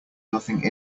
nothing